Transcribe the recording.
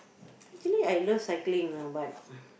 actually I love cycling ah but